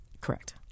Correct